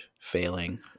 failing